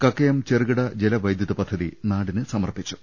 ്ക്കയം ചെറുകിട ജല വൈദ്യുത പദ്ധതി നാടിന് സമർപ്പിച്ചു